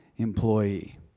employee